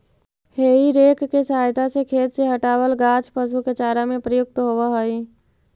हेइ rake के सहायता से खेत से हँटावल गाछ पशु के चारा में प्रयुक्त होवऽ हई